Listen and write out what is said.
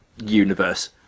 universe